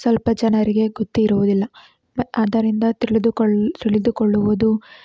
ಸ್ವಲ್ಪ ಜನರಿಗೆ ಗೊತ್ತಿರುವುದಿಲ್ಲ ಆದ್ದರಿಂದ ತಿಳಿದುಕೊಳ್ಳು ತಿಳಿದುಕೊಳ್ಳುವುದು